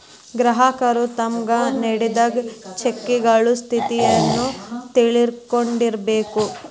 ಗ್ರಾಹಕರು ತಮ್ಗ್ ನೇಡಿದ್ ಚೆಕಗಳ ಸ್ಥಿತಿಯನ್ನು ತಿಳಕೊಂಡಿರ್ಬೇಕು